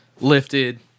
lifted